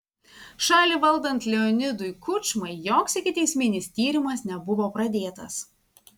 šalį valdant leonidui kučmai joks ikiteisminis tyrimas nebuvo pradėtas